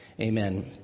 Amen